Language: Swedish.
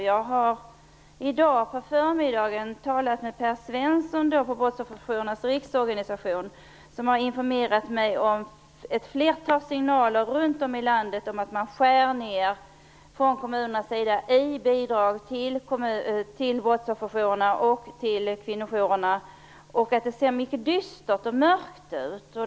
Jag har i dag på förmiddagen talat med Per Svensson på Brottsofferjourernas riksorganisation, och han har informerat mig om att kommunerna runt om i landet nu skär ner på bidragen till brottsofferjourerna och kvinnojourerna och att det ser mycket dystert och mörkt ut.